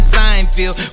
Seinfeld